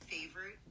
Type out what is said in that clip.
favorite